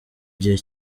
gihe